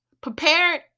prepared